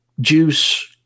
juice